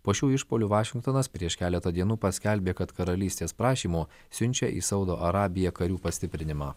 po šių išpuolių vašingtonas prieš keletą dienų paskelbė kad karalystės prašymu siunčia į saudo arabiją karių pastiprinimą